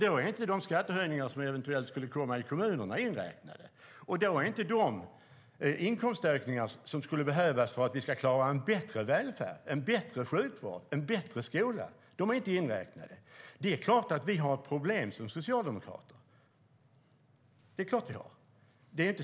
Då har inte de skattehöjningar som eventuellt skulle komma i kommunerna inräknats och inte heller de inkomstökningar som skulle krävas för att vi ska klara en bättre välfärd, en bättre sjukvård och en bättre skola. Det är klart att vi har problem som socialdemokrater.